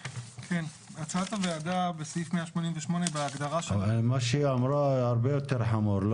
הצעת הוועדה בסעיף 188 בהגדרה --- מה שהיא אמרה הרבה יותר חמור,